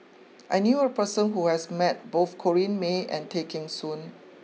I knew a person who has met both Corrinne May and Tay Kheng Soon